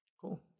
Cool